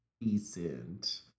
decent